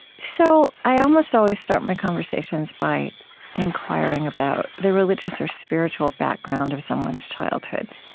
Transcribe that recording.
so i almost always start my conversations by inquiring about the religious or spiritual background of someone's childhood.